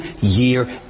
year